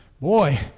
boy